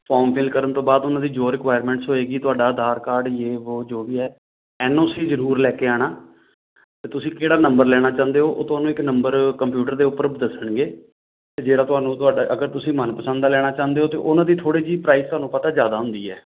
form fill ਕਰਨ ਤੋਂ ਬਾਅਦ ਉਹਨਾਂ ਦੀ ਜੋ ਰਿਕੁਆਇਰਮੈਂਟਸ ਹੋਏਗੀ ਤੁਹਾਡਾ ਆਧਾਰ ਕਾਰਡ ਯੇ ਵੋ ਜੋ ਵੀ ਹੈ ਐੱਨ ਓ ਸੀ ਜ਼ਰੂਰ ਲੈ ਕੇ ਆਉਣਾ ਅਤੇ ਤੁਸੀਂ ਕਿਹੜਾ ਨੰਬਰ ਲੈਣਾ ਚਾਹੁੰਦੇ ਹੋ ਉਹ ਤੁਹਾਨੂੰ ਇੱਕ ਨੰਬਰ ਕੰਪਿਊਟਰ ਦੇ ਉੱਪਰ ਦੱਸਣਗੇ ਅਤੇ ਜਿਹੜਾ ਤੁਹਾਨੂੰ ਤੁਹਾਡਾ ਅਗਰ ਤੁਸੀਂ ਮਨਪਸੰਦ ਦਾ ਲੈਣਾ ਚਾਹੁੰਦੇ ਹੋ ਤਾਂ ਉਹਨਾਂ ਦੀ ਥੋੜ੍ਹੀ ਜੀ ਪ੍ਰਾਈਜ਼ ਤੁਹਾਨੂੰ ਪਤਾ ਜ਼ਿਆਦਾ ਹੁੰਦੀ ਹੈ